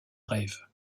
rêve